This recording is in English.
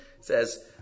says